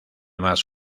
más